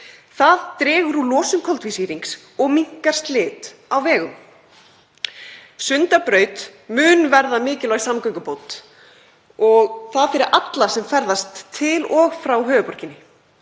Það dregur úr losun koltvísýrings og minnkar slit á vegum. Sundabraut mun verða mikilvæg samgöngubót og það fyrir alla sem ferðast til og frá höfuðborginni,